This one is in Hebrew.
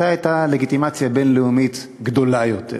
מתי הייתה לגיטימציה בין-לאומית גדולה יותר,